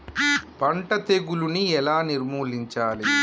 పంట తెగులుని ఎలా నిర్మూలించాలి?